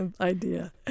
idea